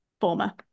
former